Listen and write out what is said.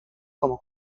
como